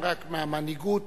המנהיגות